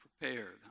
prepared